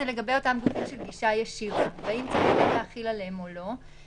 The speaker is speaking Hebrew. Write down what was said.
זה לגבי אותם גופים של גישה ישירה והאם צריך להחיל עליהם או לא.